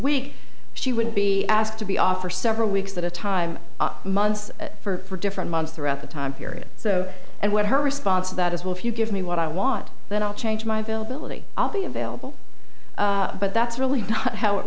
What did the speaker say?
week she would be asked to be off for several weeks at a time months for different months throughout the time period so and what her response to that is well if you give me what i want then i'll change my ability i'll be available but that's really not how it